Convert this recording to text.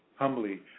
humbly